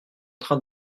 train